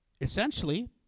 essentially